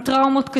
עם טראומות קשות,